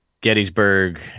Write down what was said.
Gettysburg